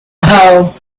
hole